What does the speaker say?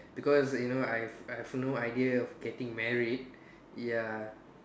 because you know I have I have no idea of getting married ya